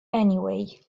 anyway